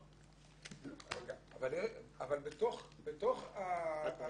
בתוך מה